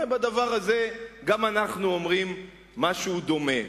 הרי בדבר הזה גם אנחנו אומרים משהו דומה.